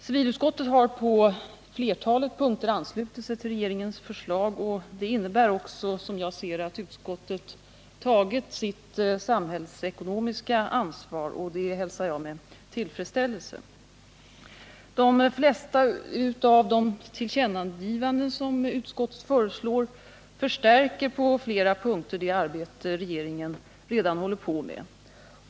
Civilutskottet har på flertalet punkter anslutit sig till regeringens förslag, och det innebär också, som jag ser det, att utskottet tagit sitt samhällsekonomiska ansvar. Det hälsar jag med tillfredsställelse. De flesta av de tillkännagivanden som utskottet föreslår förstärker på flera punkter det arbete regeringen redan håller på med.